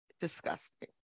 disgusting